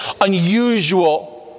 unusual